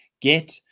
get